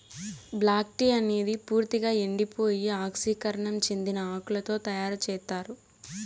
black tea అనేది పూర్తిక ఎండిపోయి ఆక్సీకరణం చెందిన ఆకులతో తయారు చేత్తారు